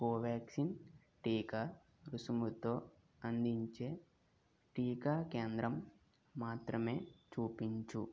కోవాక్సిన్ టీకా రుసుముతో అందించే టీకా కేంద్రం మాత్రమే చూపించుము